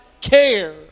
care